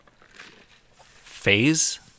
phase